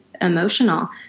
emotional